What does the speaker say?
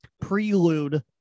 prelude